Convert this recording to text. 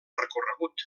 recorregut